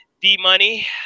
D-Money